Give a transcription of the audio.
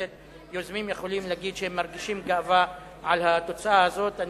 כנסת יוזמים יכולים להגיד שהם מרגישים גאווה על התוצאה הזאת.